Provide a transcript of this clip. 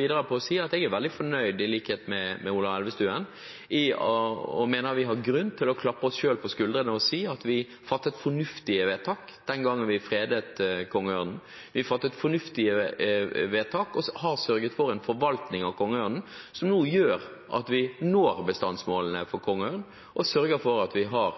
videre og si at i likhet med Ola Elvestuen er jeg veldig fornøyd, og jeg mener vi har grunn til å klappe oss selv på skulderen og si at vi fattet fornuftige vedtak den gangen vi fredet kongeørnen. Vi fattet fornuftige vedtak og har sørget for en forvaltning av kongeørnen som gjør at vi når bestandsmålene for kongeørn og sørger for at vi har